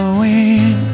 wings